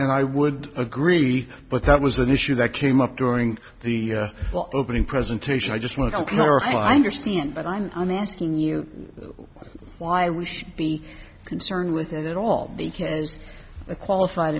and i would agree but that was an issue that came up during the opening presentation i just want to clarify i understand but i'm i'm asking you why we should be concerned with it at all because a qualified